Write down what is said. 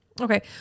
Okay